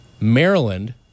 Maryland